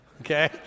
okay